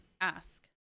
ask